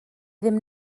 ddim